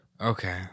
Okay